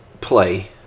play